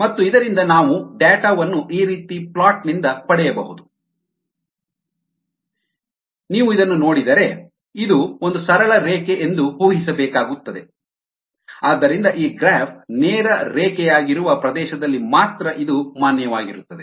ಮತ್ತು ಇದರಿಂದ ನಾವು ಡೇಟಾ ವನ್ನು ಈ ರೀತಿಯ ಫ್ಲೋಟ್ ನಿಂದ ಪಡೆಯಬಹುದು ln CC CO2 vs t ನಾವು ಇದನ್ನು ನೋಡಿದರೆ ಇದು ln CC CO2 ಒಂದು ಸರಳ ರೇಖೆ ಎಂದು ಊಹಿಸಬೇಕಾಗುತ್ತದೆ ಆದ್ದರಿಂದ ಈ ಗ್ರಾಫ್ ನೇರ ರೇಖೆಯಾಗಿರುವ ಪ್ರದೇಶದಲ್ಲಿ ಮಾತ್ರ ಇದು ಮಾನ್ಯವಾಗಿರುತ್ತದೆ